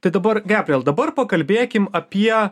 tai dabar gabriel dabar pakalbėkim apie